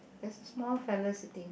there's a small fellow sitting